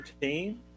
team